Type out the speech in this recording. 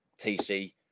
TC